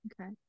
Okay